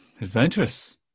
adventurous